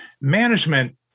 Management